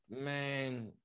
Man